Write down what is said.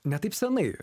ne taip senai